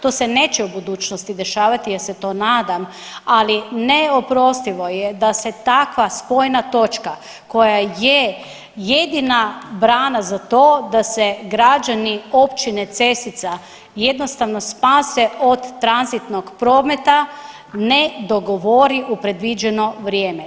To se neće u budućnosti dešavati ja se to nadam, ali neoprostivo je da se takva spojna točka koja je jedina brana za to da se građani općine Cesica jednostavno spase od tranzitnog prometa ne dogovori u predviđeno vrijeme.